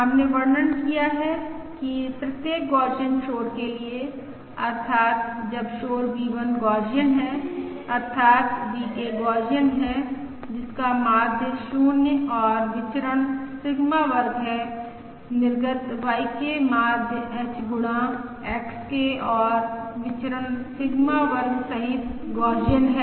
हमने वर्णन किया है कि प्रत्येक गौसियन शोर के लिए अर्थात् जब शोर V1 गौसियन है अर्थात VK गौसियन है जिसका माध्य 0 और विचरण सिग्मा वर्ग है निर्गत YK माध्य h गुणा XK और विचरण सिग्मा वर्ग सहित गौसियन है